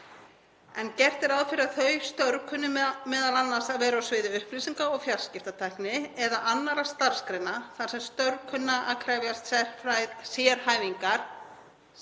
Gert er ráð fyrir að þau störf kunni m.a. að vera á sviði upplýsinga- og fjarskiptatækni eða annarra starfsgreina þar sem störf kunna að krefjast sérhæfingar